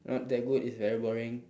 not that good it's very boring